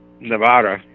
Nevada